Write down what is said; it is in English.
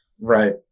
right